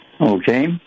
Okay